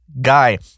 guy